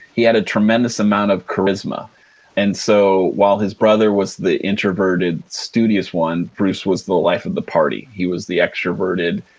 he had a tremendous amount of charisma and so, while his brother was the introverted, studious one, bruce was the life of the party. he was the extroverted,